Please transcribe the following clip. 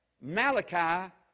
Malachi